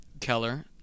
Keller